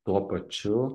tuo pačiu